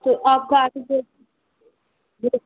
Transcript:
तो आप गाड़ी दे दें